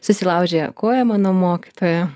susilaužė koją mano mokytoja